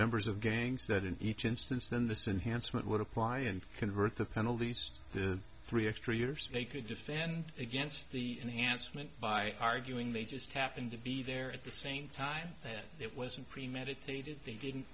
members of gangs that in each instance then this enhanced it would apply and convert the penalties three extra years they could defend against the enhanced meant by arguing they just happened to be there at the same time that it wasn't premeditated they didn't